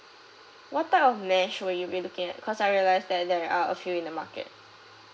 what type of mesh will you be looking at cause I realize that there are a few in the market